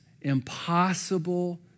impossible